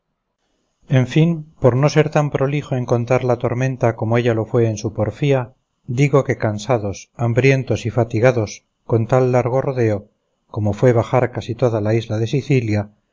en fin por no ser tan prolijo en contar la tormenta como ella lo fue en su porfía digo que cansados hambrientos y fatigados con tan largo rodeo como fue bajar casi toda la isla de sicilia